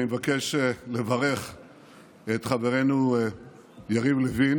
אני מבקש לברך את חברנו יריב לוין